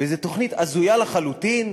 וזו תוכנית הזויה לחלוטין,